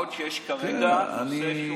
מה עוד שיש כרגע נושא שהוא מונח,